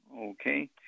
Okay